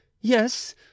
yes